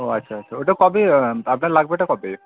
ও আচ্ছা আচ্ছা ওটা কবে আপনার লাগবেটা কবে